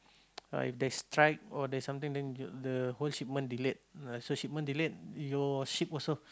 if there's strike or there's something then the the whole shipment delayed uh shipment delayed your ship also